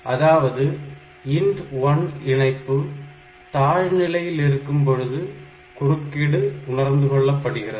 அதாவது INT1 இணைப்பு தாழ் நிலையில் இருக்கும் பொழுது குறுக்கீடு உணர்ந்து கொள்ளப்படுகிறது